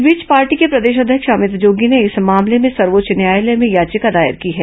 इस बीच पार्टी के प्रदेश अध्यक्ष अभित जोगी ने इस मामले में सर्वोच्च न्यायालय में याचिका दायर की है